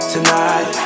Tonight